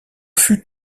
fut